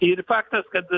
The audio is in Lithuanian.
ir faktas kad